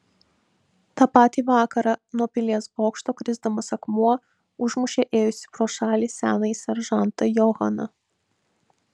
tą patį vakarą nuo pilies bokšto krisdamas akmuo užmušė ėjusį pro šalį senąjį seržantą johaną